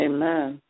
Amen